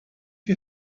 you